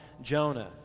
Jonah